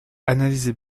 analysez